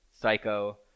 Psycho